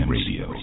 Radio